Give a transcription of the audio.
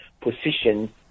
position